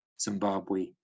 zimbabwe